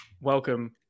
Welcome